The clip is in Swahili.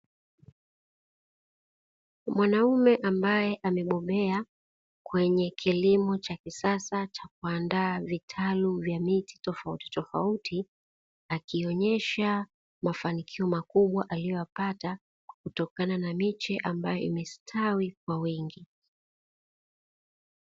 Mwanaume ambaye amebobea kwenye kilimo cha kisasa cha kuandaa vitalu vya miti tofautitofauti, akionyesha mafanikio makubwa aliyoyapata kutokana na miche ambayo imestawi kwa wingi.